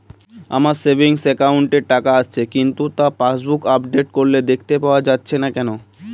আমার savings account এ টাকা আসছে কিন্তু তা পাসবুক আপডেট করলে দেখতে পাওয়া যাচ্ছে না কেন?